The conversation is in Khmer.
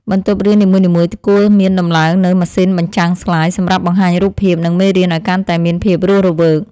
បន្ទប់រៀននីមួយៗគួរតែមានដំឡើងនូវម៉ាស៊ីនបញ្ចាំងស្លាយសម្រាប់បង្ហាញរូបភាព និងមេរៀនឱ្យកាន់តែមានភាពរស់រវើក។